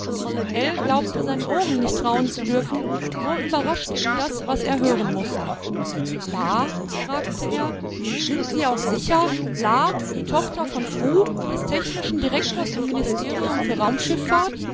ell glaubte seinen ohren nicht trauen zu dürfen so überraschte ihn das was er hören mußte la fragte er sind sie auch sicher la die tochter von fru des technischen direktors im ministerium für